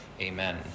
Amen